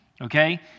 Okay